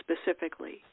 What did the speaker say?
specifically